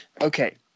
Okay